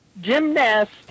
gymnast